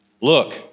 Look